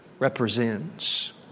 represents